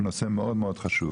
הוא נושא חשוב מאוד.